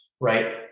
right